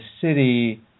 city